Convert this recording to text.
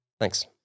Thanks